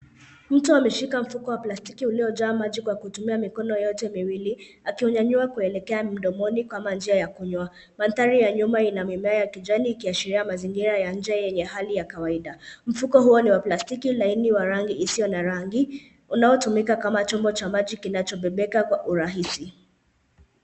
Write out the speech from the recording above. Mtu ameshika mfuko wa plastiki uliojaa maji kwa kutumia mikono yote miwili, akiunyanyua kuelekea mdomoni kama njia ya kunywa. Mandhari ya nyuma ina mimea ya kijani, ikiashiria mazingira ya nje yenye hali ya kawaida. Mfuko huo ni wa plastiki laini wa rangi isiyo na rangi. Unaotumika kama chombo cha maji kinachobebeka kwa urahisi.